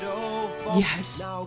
yes